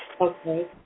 Okay